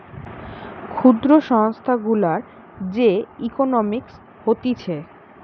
ক্ষুদ্র সংস্থা গুলার যে ইকোনোমিক্স হতিছে